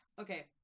Okay